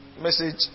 message